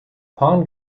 pond